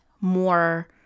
more